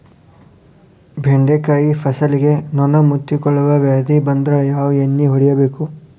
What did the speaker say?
ಬೆಂಡೆಕಾಯ ಫಸಲಿಗೆ ನೊಣ ಮುತ್ತಿಕೊಳ್ಳುವ ವ್ಯಾಧಿ ಬಂದ್ರ ಯಾವ ಎಣ್ಣಿ ಹೊಡಿಯಬೇಕು?